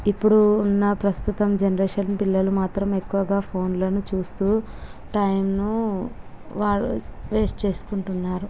ఇప్పుడు ఉన్న ప్రస్తుత జనరేషన్ పిల్లలు మాత్రం ఎక్కువగా ఫోన్లను చూస్తూ టైంను వాళ్ళు వేస్ట్ చేసుకుంటున్నారు